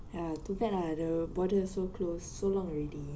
ya too bad lah the border also close so long already